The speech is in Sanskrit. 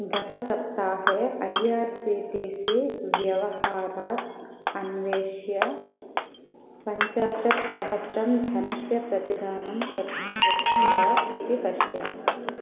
गतसप्ताहे I R C T C व्यवहारात् अन्विष्य पञ्चाशत् सहस्रं धनस्य प्रतिदानं कर् कृतं वा इति पश्य